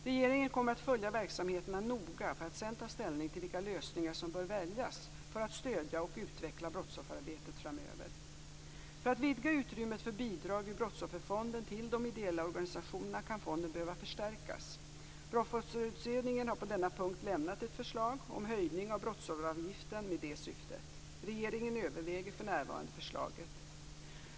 Regeringen kommer att följa verksamheterna noga för att sedan ta ställning till vilka lösningar som bör väljas för att stödja och utveckla brottsofferarbetet framöver. För att vidga utrymmet för bidrag ur Brottsofferfonden till de ideella organisationerna kan fonden behöva förstärkas. Brottsofferutredningen har på denna punkt lämnat ett förslag om höjning av brottsofferavgiften med detta syfte. Regeringen överväger för närvarande förslaget.